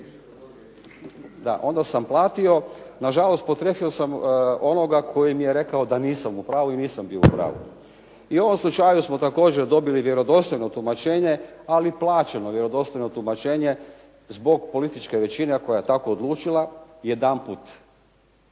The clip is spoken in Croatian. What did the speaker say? I onda sam platio. Nažalost, potrefio sam onoga koji mi je rekao da nisam u pravu i nisam bio u pravu. I u ovom slučaju smo također dobili vjerodostojno tumačenje ali plaćeno vjerodostojno tumačenje zbog političke većine koja je tako odlučila jedanput